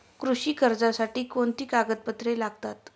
कृषी कर्जासाठी कोणती कागदपत्रे लागतात?